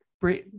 bring